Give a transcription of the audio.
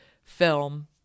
Film